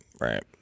right